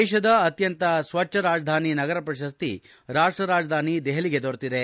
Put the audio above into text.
ದೇಶದ ಅತ್ಯಂತ ಸ್ವಚ್ಛ ರಾಜಧಾನಿ ನಗರ ಪ್ರಶಸ್ತಿ ರಾಷ್ಟ್ರ ರಾಜಧಾನಿ ದೆಹಲಿಗೆ ದೊರೆತಿದೆ